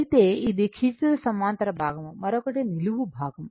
అయితే ఇది క్షితిజ సమాంతర భాగం మరొకటి నిలువు భాగం